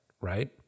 right